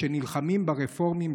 שנלחמים ברפורמים,